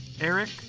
Eric